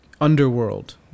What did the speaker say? underworld